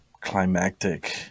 climactic